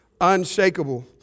unshakable